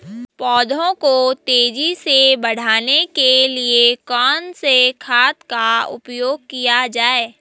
पौधों को तेजी से बढ़ाने के लिए कौन से खाद का उपयोग किया जाए?